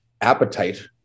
appetite